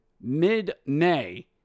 mid-May